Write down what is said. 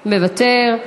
מוותר,